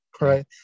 right